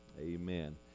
Amen